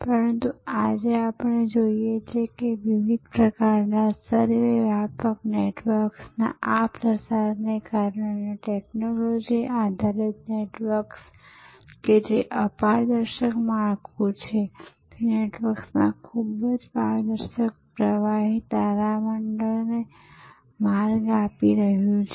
પરંતુ આજે આપણે જોઈએ છીએ કે વિવિધ પ્રકારના સર્વવ્યાપક નેટવર્ક્સના આ પ્રસારને કારણે ટેકનોલોજી આધારિત નેટવર્ક કે જે અપારદર્શક માળખું છે તે નેટવર્ક્સના ખૂબ જ પારદર્શક પ્રવાહી તારામંડળને માર્ગ આપી રહ્યું છે